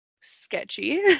sketchy